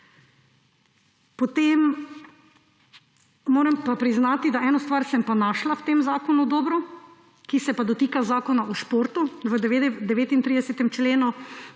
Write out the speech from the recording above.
vlade. Moram pa priznati, da eno stvar sem pa našla v tem zakonu dobro, ki se pa dotika zakona o športu. V 39. členu